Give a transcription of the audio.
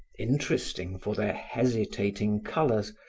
interesting for their hesitating colors,